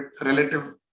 relative